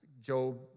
Job